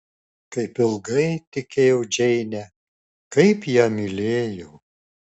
kaip ilgai tikėjau džeine kaip ją mylėjau